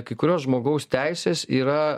kai kurios žmogaus teisės yra